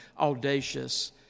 audacious